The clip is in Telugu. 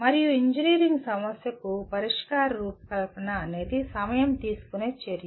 మరియు ఇంజనీరింగ్ సమస్యకు పరిష్కార రూపకల్పన అనేది సమయం తీసుకునే చర్య